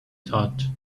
thought